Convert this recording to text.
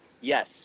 Yes